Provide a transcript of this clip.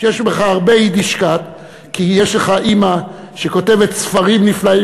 שיש בך הרבה יידישקייט כי יש לך אימא שכותבת ספרים נפלאים,